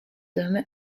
homme